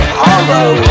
hollow